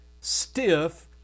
stiff